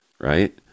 Right